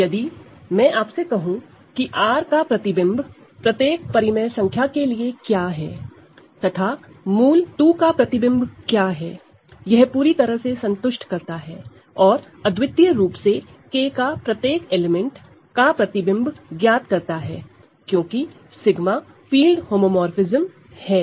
तो यदि मैं आपसे कहूं कि R की इमेज प्रत्येक रेशनल नंबर के लिए क्या है तथा √2 की इमेज क्या हैं यह पूरी तरह से संतुष्ट करता है और अद्वितीय रूप से K के प्रत्येक एलिमेंट की इमेज ज्ञात करता है क्योंकि 𝜎 फील्ड होमोमोरफ़िज्म है